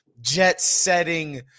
jet-setting